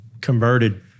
Converted